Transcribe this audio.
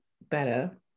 better